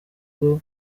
rugo